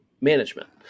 management